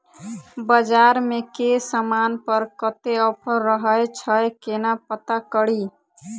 बजार मे केँ समान पर कत्ते ऑफर रहय छै केना पत्ता कड़ी?